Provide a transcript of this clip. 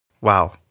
Wow